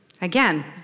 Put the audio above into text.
Again